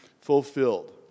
fulfilled